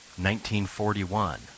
1941